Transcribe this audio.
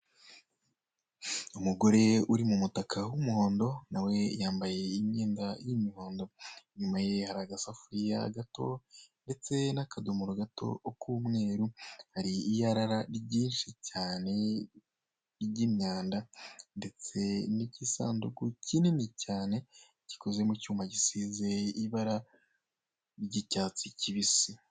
Umugore uri mu mutaka w'umuhondo na we yambaye imyenda y'umuhondo, inyuma ye hari agasafuriya gato ndetse n'akadomoro gato k'umweru, hari iyarara ryinshi cyane ry'imyanda, ndetse n'igisanduku kinini cyane gikoze mu cyuma gisize ibara ry'icyatsi kibisi.